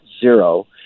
zero